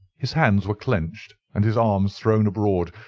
his hands were clenched and his arms thrown abroad,